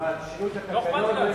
שינו את התקנון?